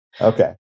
Okay